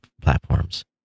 platforms